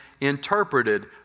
interpreted